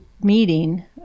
meeting